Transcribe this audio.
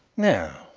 now,